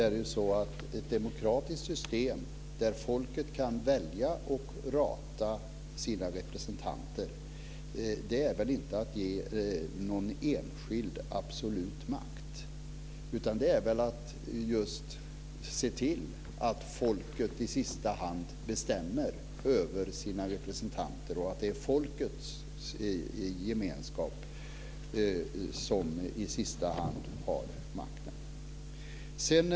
Fru talman! Ett demokratiskt system där folket kan välja och rata sina representanter innebär väl inte att ge någon enskild absolut makt. Det innebär väl att man ser till att folket i sista hand bestämmer över sina representanter och att det är folkets gemenskap som i sista hand har makten.